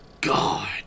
God